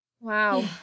Wow